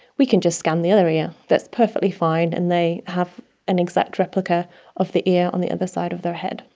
we can just scan the other ear, that's perfectly fine, and they have an exact replica of the ear on the other side of their head.